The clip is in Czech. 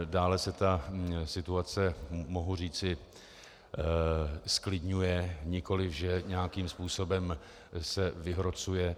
Dále se situace, mohu říci, zklidňuje, nikoliv že se nějakým způsobem vyhrocuje.